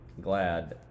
Glad